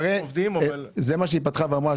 מה שהיא פתחה ואמרה,